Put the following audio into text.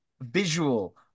visual